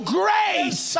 grace